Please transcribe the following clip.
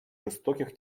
жестоких